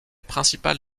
principal